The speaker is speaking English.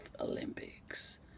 Olympics